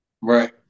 right